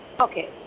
okay